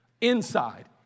inside